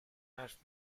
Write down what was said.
حرف